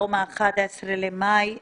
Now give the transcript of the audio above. היום ה-11 במאי 2020,